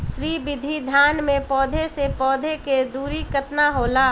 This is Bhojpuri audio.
श्री विधि धान में पौधे से पौधे के दुरी केतना होला?